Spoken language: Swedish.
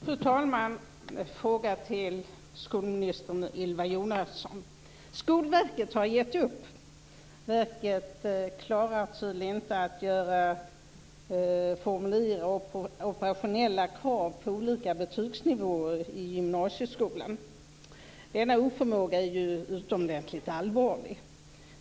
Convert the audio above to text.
Fru talman! Jag har en fråga till skolminister Ylva Skolverket har gett upp. Verket klarar tydligen inte att formulera operationella krav på olika betygsnivåer i gymnasieskolan. Denna oförmåga är utomordentligt allvarlig.